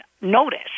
notice